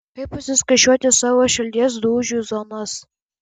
kaip pasiskaičiuoti savo širdies dūžių zonas